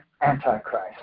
Antichrist